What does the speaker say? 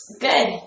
Good